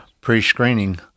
pre-screening